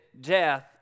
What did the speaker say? death